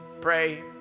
pray